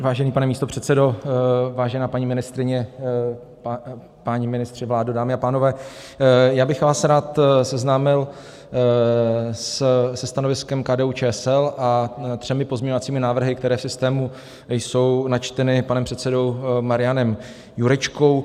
Vážený pane místopředsedo, vážená paní ministryně, páni ministři, vládo, dámy a pánové, já bych vás rád seznámil se stanoviskem KDUČSL a třemi pozměňovacími návrhy, které v systému jsou načteny panem předsedou Marianem Jurečkou.